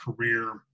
career